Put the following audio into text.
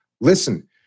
Listen